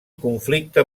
conflicte